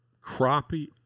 crappie